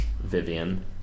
vivian